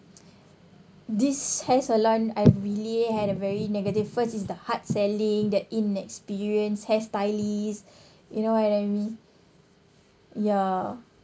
this hair salon I've really had a very negative first is the hard selling that inexperience hair stylist you know what I mean ya